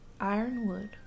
ironwood